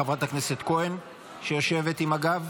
חברת הכנסת כהן שיושבת עם הגב?